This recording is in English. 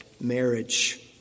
marriage